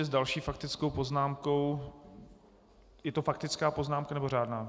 S další faktickou poznámkou je to faktická poznámka, nebo řádná?